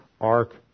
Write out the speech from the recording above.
ark